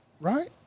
Right